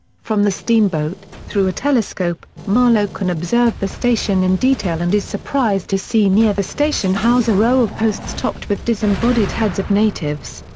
from the steamboat, through a telescope, marlow can observe the station in detail and is surprised to see near the station house a row of posts topped with disembodied heads of natives.